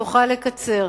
תוכל לקצר.